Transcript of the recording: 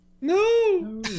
No